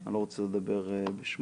אני לא רוצה לדבר בשמו.